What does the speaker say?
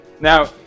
Now